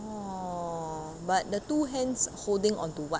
orh but the two hands holding onto what